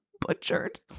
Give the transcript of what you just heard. butchered